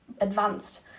advanced